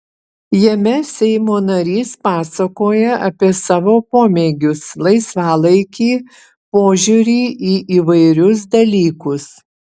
jame seimo narys pasakoja apie savo pomėgius laisvalaikį požiūrį į įvairius dalykus